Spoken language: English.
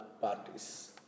parties